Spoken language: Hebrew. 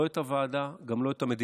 לא את הוועדה, גם לא את המדינה.